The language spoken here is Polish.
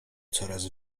coraz